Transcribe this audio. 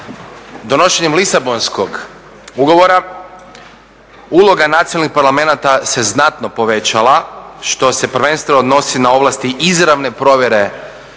Donošenjem Lisabonskog ugovora uloga nacionalnih parlamenata se znatno povećala što se prvenstveno odnosi na ovlasti izravne provjere poštovanja